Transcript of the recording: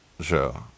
show